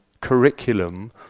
Curriculum